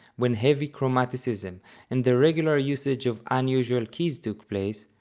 when heavy chromaticism and the regular usage of unusual keys took place,